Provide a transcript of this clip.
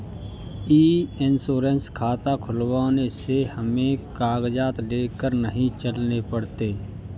ई insurance खाता खुलवाने से हमें कागजात लेकर नहीं चलने पड़ते